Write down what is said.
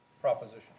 proposition